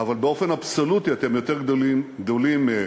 אבל באופן אבסולוטי אתם יותר גדולים מהם.